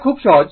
এটা খুব সহজ